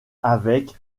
avec